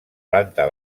planta